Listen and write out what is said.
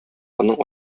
аның